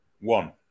one